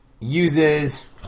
uses